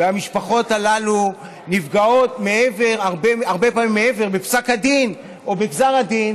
והמשפחות הללו נפגעות הרבה פעמים בפסק הדין או בגזר הדין,